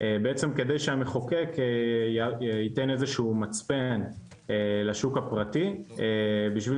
בעצם כדי שהמחוקק ייתן איזשהו מצפן לשוק הפרטי בשביל